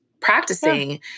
practicing